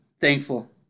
thankful